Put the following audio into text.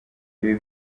ibi